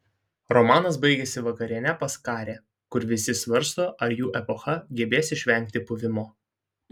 romanas baigiasi vakariene pas karė kur visi svarsto ar jų epocha gebės išvengti puvimo